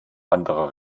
anderer